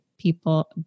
people